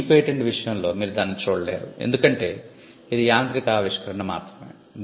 కాని ఈ పేటెంట్ విషయంలో మీరు దానిని చూడలేరు ఎందుకంటే ఇది యాంత్రిక ఆవిష్కరణ మాత్రమే